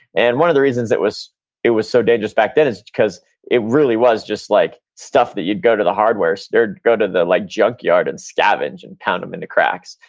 and one of the reasons it was it was so dangerous back then is because it really was just like stuff that you'd go to the hardware, so go to the like junkyard and scavenge and pound them into cracks.